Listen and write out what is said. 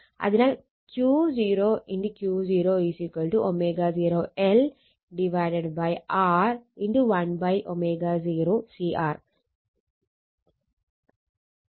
അതിനാൽ Q0 × Q0 ω0 L R × 1ω0 CR